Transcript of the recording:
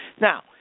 Now